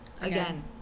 again